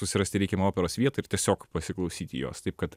susirasti reikiamą operos vietą ir tiesiog pasiklausyti jos taip kad